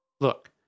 Look